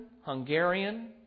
Hungarian